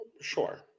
sure